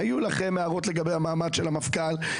היו לכם הערות לגבי המעמד של המפכ"ל,